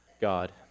God